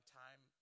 time